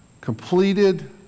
completed